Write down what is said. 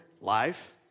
life